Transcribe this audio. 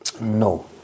No